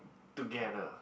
together